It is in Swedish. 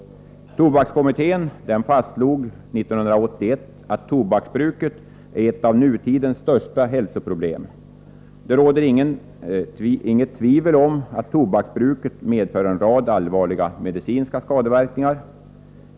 Tobakskommittén fastslog 1981 att tobaksbruket är ett av nutidens största hälsoproblem. Det råder inte något tvivel om att tobaksbruket medför en rad allvarliga medicinska skadeverkningar.